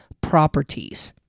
properties